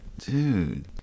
Dude